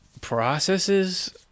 processes